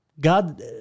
God